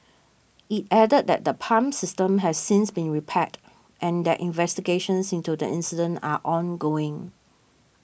it added that the pump system has since been repaired and that investigations into the incident are ongoing